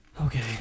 Okay